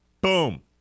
Boom